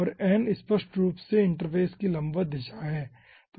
और n स्पष्ट रूप से इंटरफ़ेस की लंबवत दिशा है